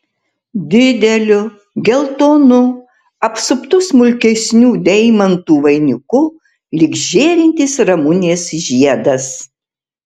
dideliu geltonu apsuptu smulkesnių deimantų vainiku lyg žėrintis ramunės žiedas